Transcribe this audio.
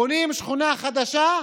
בונים שכונה חדשה,